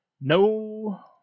no